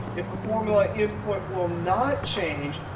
if a formula input will not change,